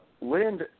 Lind